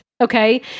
Okay